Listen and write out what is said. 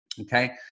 okay